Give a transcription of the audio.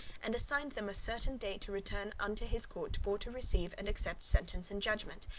and assigned them a certain day to return unto his court for to receive and accept sentence and judgement,